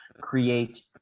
create